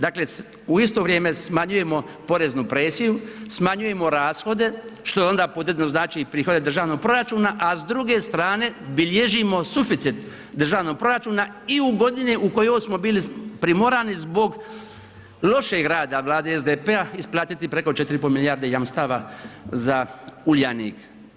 Dakle, u isto vrijeme smanjujemo poreznu presiju, smanjujemo rashode što je onda podredno znači i prihode državnog proračuna, a s druge strane bilježimo suficit državnog proračuna i u godini u kojoj smo bili primorani zbog lošeg rada vlade SDP-a isplatiti preko 4,5 milijarde jamstava za Uljanik.